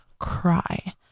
cry